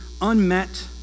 unmet